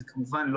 כמובן,